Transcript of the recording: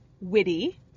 witty